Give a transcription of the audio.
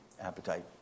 appetite